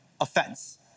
offense